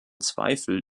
zweifel